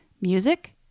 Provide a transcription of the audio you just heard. music